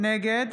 נגד